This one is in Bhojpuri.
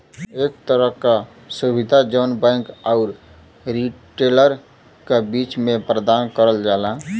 एक तरे क सुविधा जौन बैंक आउर रिटेलर क बीच में प्रदान करल जाला